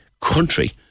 country